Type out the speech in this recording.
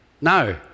No